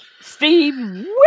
Steve